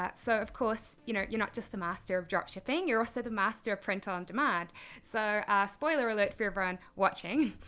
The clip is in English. so of course you know you're not just a master of drop shipping, you're also the master of print-on-demand. so spoiler alert for everyone watching,